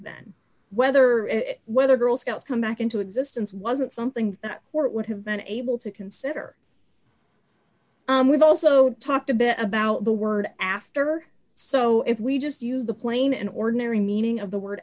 then whether whether girl scouts come back into existence wasn't something that would have been able to consider we've also talked a bit about the word after so if we just use the plain and ordinary meaning of the word